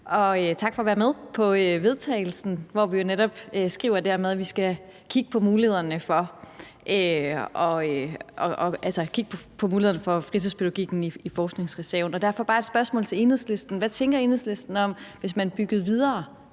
også tak for at være med på forslaget til vedtagelse, hvor vi netop skriver, at vi skal kigge på mulighederne for at støtte fritidspædagogikken gennem forskningsreserven. Derfor har jeg bare et spørgsmål til Enhedslisten: Hvad tænker Enhedslisten om det, hvis man bygger videre